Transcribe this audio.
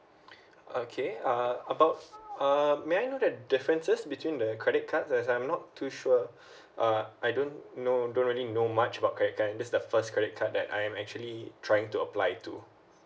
okay uh about um may I know that differences between the credit card as I'm not too sure uh I don't know don't really know much about credit card this is the first credit card that I am actually trying to apply to